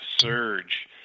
surge